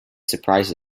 surprised